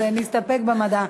אז נסתפק בוועדת המדע.